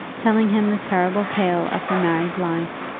telling him the terrible tale of her married life,